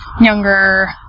younger